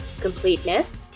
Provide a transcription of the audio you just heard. completeness